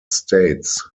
states